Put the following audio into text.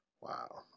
Wow